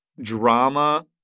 drama